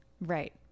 right